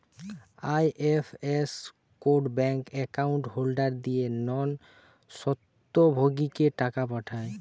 IFS code bank account holder দিয়ে নন স্বত্বভোগীকে টাকা পাঠায়